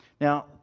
Now